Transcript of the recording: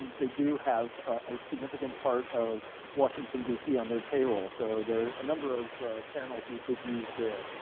they do have a significant part of washington, d c. on their payroll. so there are a number of channels you could use there.